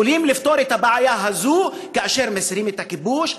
יכולים לפתור את הבעיה הזאת כאשר מסירים את הכיבוש,